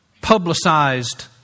publicized